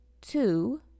Two